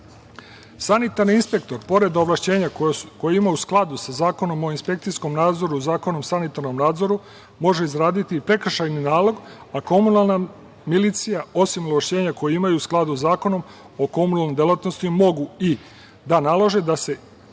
milicije. Sanitarni inspektor, pored ovlašćenja koje ima u skladu za Zakonom o inspekcijskom nadzoru, Zakonom o sanitarnom nadzoru, može izraditi prekršajni nalog, a Komunalna milicija, osim ovlašćenja koje ima u skladu sa Zakonom o komunalnoj delatnosti, mogu i da nalože da se isprazni